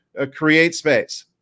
CreateSpace